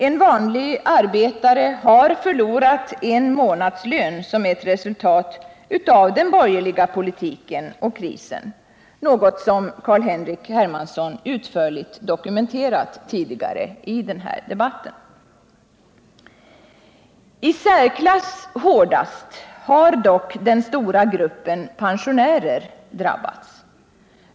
En vanlig arbetare har förlorat en månadslön som ett resultat av den borgerliga politiken och krisen, något som Carl-Henrik Hermansson utförligt dokumenterat tidigare i debatten. I särklass hårdast har dock den stora gruppen pensionärer drabbats.